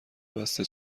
بسته